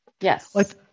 Yes